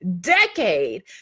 decade